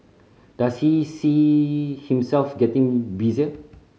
does he see himself getting busier